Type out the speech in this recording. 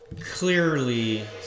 Clearly